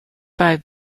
five